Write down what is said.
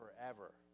forever